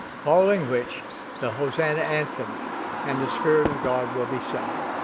following which the hosanna anthem and the spirit of god will be sung.